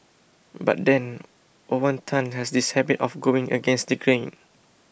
but then Owen Tan has this habit of going against the grain